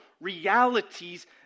realities